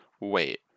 wait